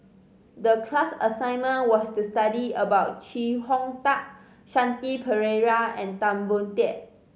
the class assignment was to study about Chee Hong Tat Shanti Pereira and Tan Boon Teik